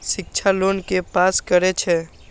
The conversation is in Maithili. शिक्षा लोन के पास करें छै?